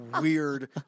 weird